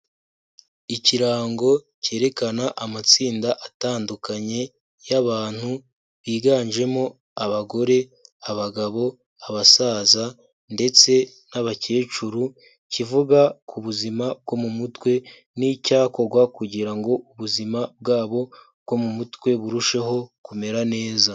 Ikirango cyerekana amatsinda atandukanye y'abantu biganjemo abagore, abagabo, abasaza ndetse n'abakecuru, kivuga ku buzima bwo mu mutwe n'icyakorwa kugira ngo ubuzima bwabo bwo mu mutwe burusheho kumera neza.